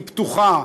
היא פתוחה,